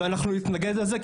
ואנחנו נתנגד לזה,